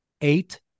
eight